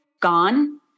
gone